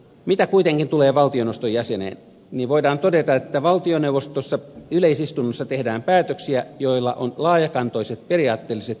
mitä kuitenkin tulee valtioneuvoston jäseneen niin voidaan todeta että valtioneuvostossa yleisistunnossa tehdään päätöksiä joilla on laajakantoiset periaatteelliset vaikutukset